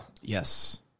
Yes